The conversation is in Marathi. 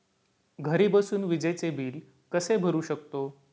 घरी बसून विजेचे बिल कसे भरू शकतो?